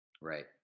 Right